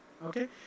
Okay